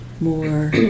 more